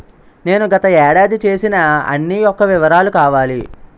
నేను గత ఏడాది చేసిన అన్ని యెక్క వివరాలు కావాలి?